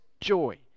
joy